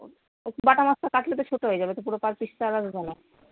বাটা মাছ তো কাটলে তো ছোট হয়ে যাবে ও তো পুরো পিস তো যাবে না